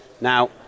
Now